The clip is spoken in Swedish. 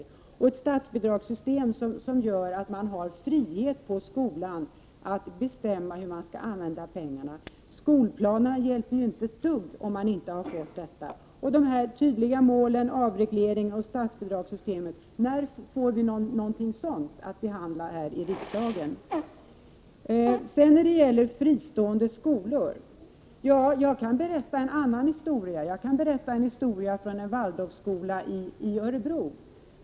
Det krävs ett statsbidragssystem som innebär att man på skolan har frihet att bestämma hur pengarna skall användas. Skolplanerna hjälper ju inte ett dugg, om man inte har detta. De tydliga målen avreglering och statsbidragssystem — när får vi något sådant att behandla här i riksdagen? Beträffande fristående skolor kan jag berätta en annan historia, från en Waldorf-skola i Örebro.